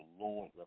Lord